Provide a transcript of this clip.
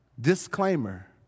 Disclaimer